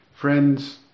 Friends